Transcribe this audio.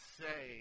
say